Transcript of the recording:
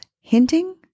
hinting